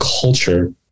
culture